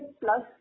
plus